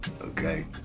okay